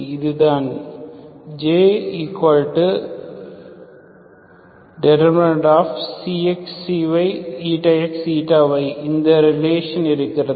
அதுதான் J ∶ x y x y இந்த relation இருக்கிறது